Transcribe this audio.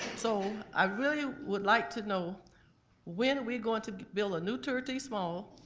so, i really would like to know when we're going to build a new turie t. small.